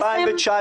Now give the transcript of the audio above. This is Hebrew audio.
קסם?